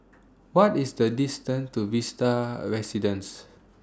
What IS The distance to Vista Residences